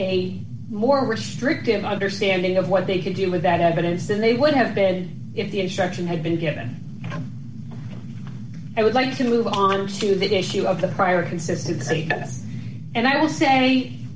a more restrictive understanding of what they could do with that evidence than they would have bed if the instruction had been given i would like to move on to that issue of the prior consistency yes and i